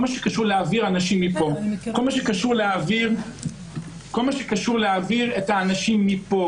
כל מה שקשור להוציא אנשים מפה,